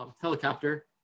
helicopter